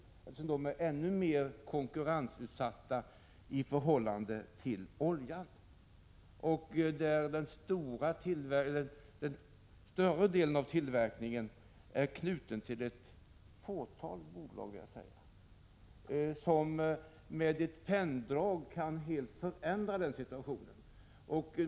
Dessa produkter är ännu mer konkurrensutsatta i förhållande till oljan. Större delen av tillverkningen är knuten till ett fåtal bolag, vilka med ett penndrag helt kan förändra situationen.